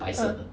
uh